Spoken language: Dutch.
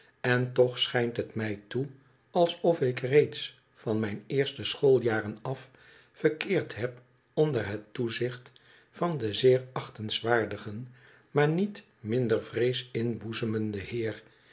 en toch schijnt het mij toe alsof ik reeds van mijn eerste schooljaren af verkeerd heb onder het toezicht van den zeer achtenswaardige maar niet minder vrees inboezemenden heer